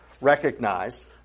recognize